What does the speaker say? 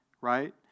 right